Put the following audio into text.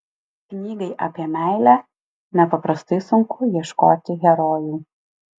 knygai apie meilę nepaprastai sunku ieškoti herojų